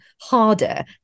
harder